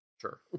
Sure